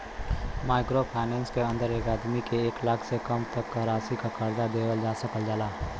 micro finance के अंदर एक आदमी के एक लाख से कम तक क राशि क कर्जा देवल जा सकल जाला